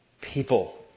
people